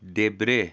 देब्रे